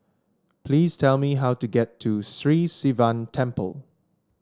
please tell me how to get to Sri Sivan Temple